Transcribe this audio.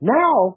now